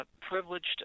privileged